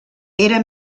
era